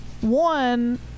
one